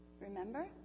Remember